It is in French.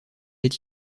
est